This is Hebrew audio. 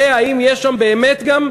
ויראה אם יש שם באמת גם,